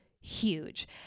Huge